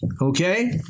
Okay